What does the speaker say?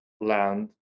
land